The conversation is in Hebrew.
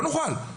לא נוכל.